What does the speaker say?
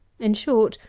in short,